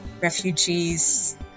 refugees